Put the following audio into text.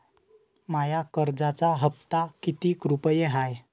माया कर्जाचा हप्ता कितीक रुपये हाय?